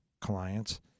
clients